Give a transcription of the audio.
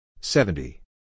seventy